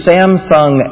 Samsung